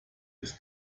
des